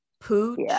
Pooch